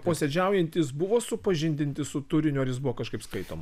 posėdžiaujantys buvo supažindinti su turiniu ar jis buvo kažkaip skaitoma